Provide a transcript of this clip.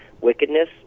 wickedness